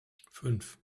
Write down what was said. fünf